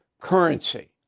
currency